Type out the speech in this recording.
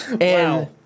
Wow